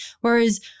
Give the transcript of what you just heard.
Whereas